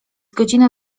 godzina